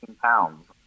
pounds